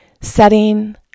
setting